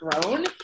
grown